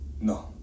No